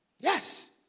Yes